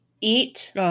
eat